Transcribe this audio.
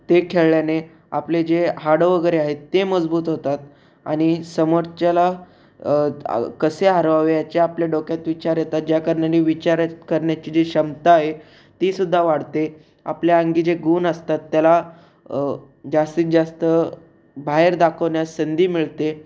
ते खेळल्याने आपले जे हाडं वगैरे आहेत ते मजबूत होतात आणि समोरच्याला कसे हरवावे याचे आपल्या डोक्यात विचार येतात ज्या कारणाने विचारच करण्याची जी क्षमता आहे तीसुद्धा वाढते आपल्या अंगी जे गुण असतात त्याला जास्तीत जास्त बाहेर दाखवण्यास संधी मिळते